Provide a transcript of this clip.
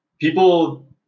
people